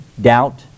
doubt